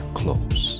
close